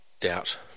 doubt